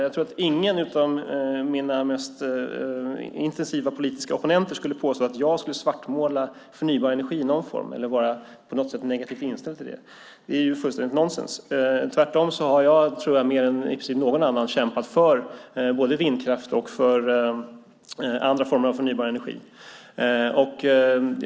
Jag tror inte att någon, utom mina mest intensiva politiska opponenter, skulle påstå att jag svartmålar förnybar energi i någon form eller att jag på något sätt är negativt inställd till det. Det är fullständigt nonsens. Jag tror att jag tvärtom mer än i princip någon annan har kämpat både för vindkraft och för andra former av förnybar energi.